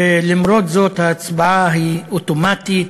ולמרות זאת ההצבעה היא אוטומטית,